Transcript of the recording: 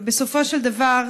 ובסופו של דבר,